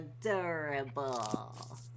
adorable